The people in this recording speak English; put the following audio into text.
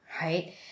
right